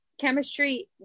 chemistry